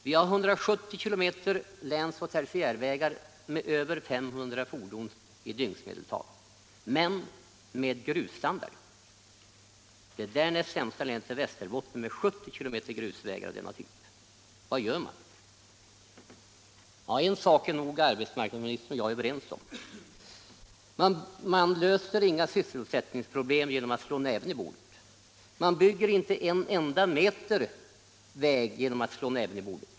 Vi har 170 km länsoch tertiärvägar med över 500 fordon i dygnsmedeltal, men med grusstandard. Det därnäst sämst ställda länet är Västerbotten med 70 km grusvägar av denna typ. Vad gör man? En sak är nog arbetsmarknadsministern och jag överens om: man löser inga sysselsättningsproblem genom att slå näven i bordet. Man bygger inte en enda meter väg genom att slå näven i bordet.